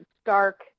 stark